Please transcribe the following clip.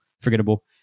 forgettable